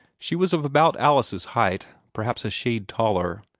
she was of about alice's height, perhaps a shade taller.